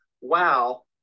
wow